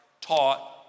taught